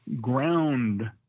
ground